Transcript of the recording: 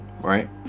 right